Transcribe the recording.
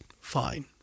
Fine